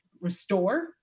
restore